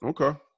Okay